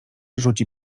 rzuci